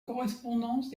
correspondance